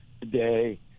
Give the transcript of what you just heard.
today